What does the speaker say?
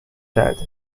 کردی